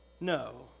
No